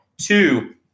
Two